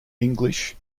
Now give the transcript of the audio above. english